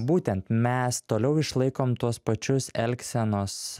būtent mes toliau išlaikom tuos pačius elgsenos